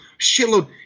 shitload